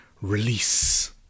release